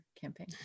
campaign